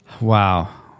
Wow